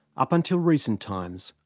up until recent times,